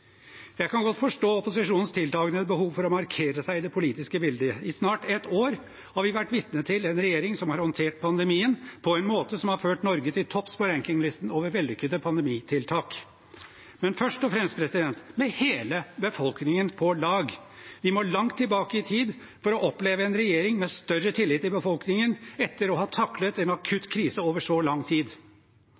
Jeg kan godt forstå opposisjonens tiltagende behov for å markere seg i det politiske bildet. I snart et år har vi vært vitne til en regjering som har håndtert pandemien på en måte som har ført Norge til topps på rankinglisten over vellykkede pandemitiltak – men først og fremst med hele befolkningen på lag. Vi må langt tilbake i tid for å oppleve en regjering med større tillit i befolkningen etter å ha taklet en akutt krise over så lang tid.